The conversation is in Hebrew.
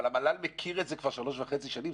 אבל המל"ל מכיר את זה כבר שלוש וחצי שנים,